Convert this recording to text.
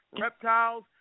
reptiles